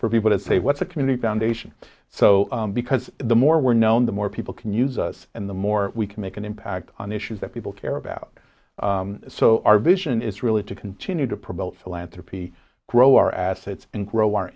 for people to say what's a community foundation so because the more we're known the more people can use us and the more we can make an impact on issues that people care about so our vision is really to continue to promote philanthropy grow our assets and grow